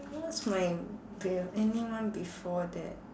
what's my anyone before that